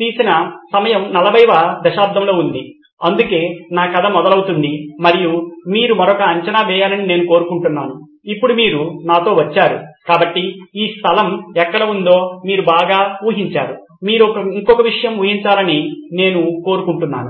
తీసిన సమయం 40 వ దశాబ్దంలో ఉంది అందుకే నా కథ మొదలవుతుంది మరియు మీరు మరొక అంచనా వేయాలని నేను కోరుకుంటున్నాను ఇప్పుడు మీరు నాతో వచ్చారు కాబట్టి ఈ స్థలం ఎక్కడ ఉందో మీరు బాగా ఊహించారు మీరు ఇంకొక విషయం ఊహించాలని నేను కోరుకుంటున్నాను